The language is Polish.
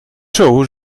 czuł